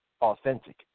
authentic